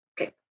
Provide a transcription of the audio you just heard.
okay